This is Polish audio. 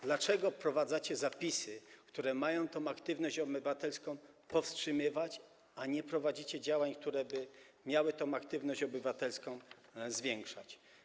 Dlaczego wprowadzacie zapisy, które mają tę aktywność obywatelską powstrzymywać, a nie prowadzicie działań, które miałyby tę aktywność obywatelską zwiększać?